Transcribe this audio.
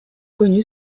connu